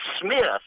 Smith